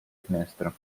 finestra